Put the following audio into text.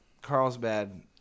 Carlsbad